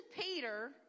Peter